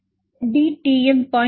1 dTm 0